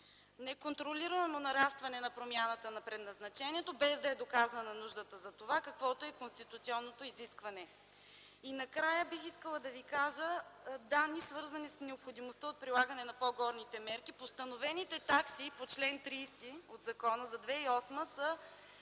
неконтролируемо нарастване на промяната на предназначението, без да е доказана нуждата за това, каквото е конституционното изискване. Накрая бих искала да ви кажа данни, свързани с необходимостта от прилагане на по-горните мерки. Постановените такси по чл. 30 от закона за 2008 г.